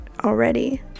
already